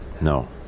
No